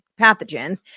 pathogen